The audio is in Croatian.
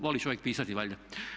Voli čovjek pisati valjda.